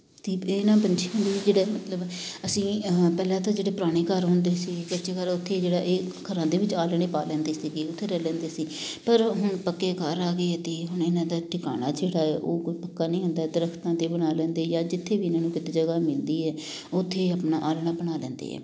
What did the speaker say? ਅਤੇ ਇਹਨਾਂ ਪੰਛੀਆਂ ਦੇ ਜਿਹੜਾ ਮਤਲਵ ਅਸੀਂ ਪਹਿਲਾਂ ਤਾਂ ਜਿਹੜੇ ਪੁਰਾਣੇ ਘਰ ਹੁੰਦੇ ਸੀ ਕੱਚੇ ਘਰ ਉੱਥੇ ਜਿਹੜਾ ਇਹ ਘਰਾਂ ਦੇ ਵਿੱਚ ਆਲ੍ਹਣੇ ਪਾ ਲੈਂਦੇ ਸੀਗੇ ਉੱਥੇ ਰਹਿ ਲੈਂਦੇ ਸੀ ਪਰ ਹੁਣ ਪੱਕੇ ਘਰ ਆ ਗਏ ਹੈ ਅਤੇ ਹੁਣ ਇਹਨਾਂ ਦਾ ਟਿਕਾਣਾ ਜਿਹੜਾ ਆ ਉਹ ਕੋਈ ਪੱਕਾ ਨਹੀਂ ਹੁੰਦਾ ਦਰੱਖਤਾਂ 'ਤੇ ਬਣਾ ਲੈਂਦੇ ਜਾਂ ਜਿੱਥੇ ਵੀ ਇਹਨਾਂ ਨੂੰ ਕਿਤੇ ਜਗ੍ਹਾ ਮਿਲਦੀ ਹੈ ਉੱਥੇ ਆਪਣਾ ਆਲ੍ਹਣਾ ਬਣਾ ਲੈਂਦੇ ਹੈ